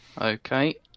Okay